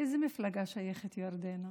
לאיזו מפלגה שייכת ירדנה?